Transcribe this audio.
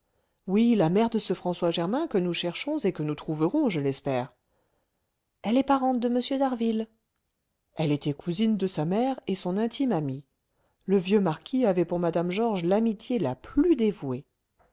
oui la mère de ce françois germain que nous cherchons et que nous trouverons je l'espère elle est parente de m d'harville elle était cousine de sa mère et son intime amie le vieux marquis avait pour mme georges l'amitié la plus dévouée